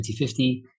2050